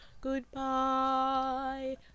Goodbye